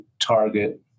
target